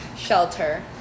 Shelter